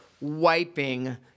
wiping